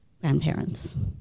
grandparents